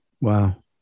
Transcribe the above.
Wow